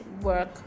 work